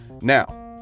Now